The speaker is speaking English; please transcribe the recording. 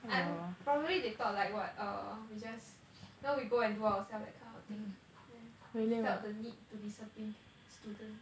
um probably they thought like what err we just now we go and do ourselves that kind of thing then they felt the need to discipline students